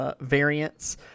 Variants